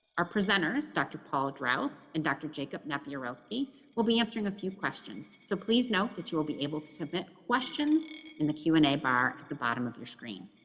our presenters. dr. paul draus and dr. jacob napieralski will be answering a few questions. so please know that you will be able to submit questions in the q amp and a bar at the bottom of your screen.